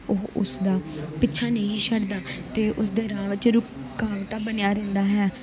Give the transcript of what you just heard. ਉਹ ਉਸਦਾ ਪਿੱਛਾ ਨਹੀਂ ਛੱਡਦਾ ਅਤੇ ਉਸਦੇ ਰਾਹ ਵਿੱਚ ਰੁਕਾਵਟਾਂ ਬਣਿਆ ਰਹਿੰਦਾ ਹੈ